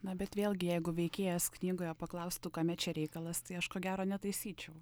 na bet vėlgi jeigu veikėjas knygoje paklaustų kame čia reikalas tai aš ko gero netaisyčiau